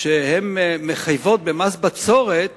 שמחייבות במס בצורת,